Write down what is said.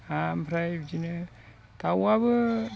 आमफ्राय बिदिनो दाउआबो